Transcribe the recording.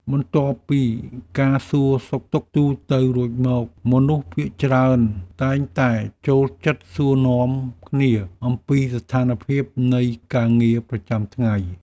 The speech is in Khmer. បន្ទាប់ពីការសួរសុខទុក្ខទូទៅរួចមក មនុស្សភាគច្រើនតែងតែចូលចិត្តសួរនាំគ្នាអំពីស្ថានភាពនៃការងារប្រចាំថ្ងៃ។